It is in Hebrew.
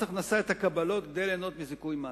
הכנסה את הקבלות כדי ליהנות מזיכוי מס.